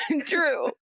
true